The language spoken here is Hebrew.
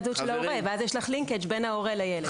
הזהות של ההורה ואז יש linkage בין ההורה לילד.